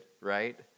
right